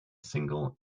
single